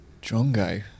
Drongo